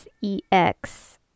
e-x